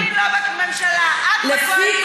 דב חנין לא בממשלה, את בקואליציה, איפה את?